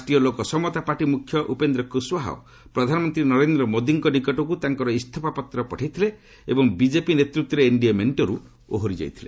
ରାଷ୍ଟ୍ରୀୟ ଲୋକ ସମତା ପାର୍ଟି ମୁଖ୍ୟ ଉପେନ୍ଦ୍ର କୁଶୱାହ ପ୍ରଧାନମନ୍ତ୍ରୀ ନରେନ୍ଦ୍ର ମୋଦିଙ୍କ ନିକଟକୁ ତାଙ୍କର ଇସ୍ତଫାପତ୍ର ପଠାଇଥିଲେ ଏବଂ ବିଜେପି ନେତୃତ୍ୱରେ ଏନ୍ଡିଏ ମେଣ୍ଟରୁ ଓହରି ଯାଇଥିଲେ